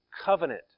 covenant